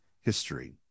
history